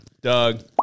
Doug